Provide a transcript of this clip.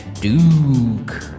Duke